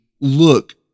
look